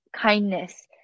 kindness